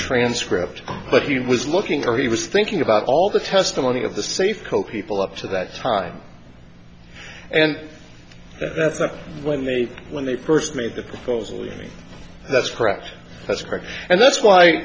transcript but he was looking or he was thinking about all the testimony of the safeco people up to that time and that's when they when they first made the proposal that's correct that's correct and that's why